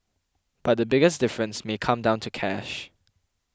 but the biggest difference may come down to cash